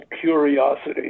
curiosity